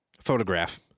Photograph